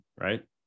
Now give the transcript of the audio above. Right